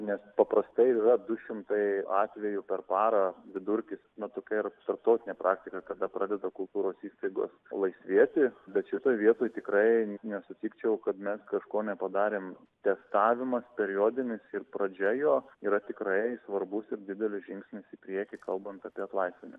nes paprastai yra du šimtai atvejų per parą vidurkis na tokia ir tarptautinė praktika kada pradeda kultūros įstaigos laisvėti bet šitoj vietoj tikrai nesutikčiau kad mes kažko nepadarėm testavimas periodinis ir pradžia jo yra tikrai svarbus ir didelis žingsnis į priekį kalbant apie atlaisvinimą